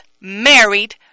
married